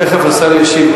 תיכף השר ישיב.